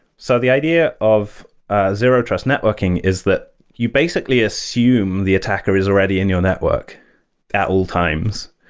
so the idea of a zero-trust networking is that you basically assume the attacker is already in your network at all times.